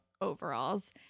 overalls